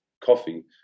coffee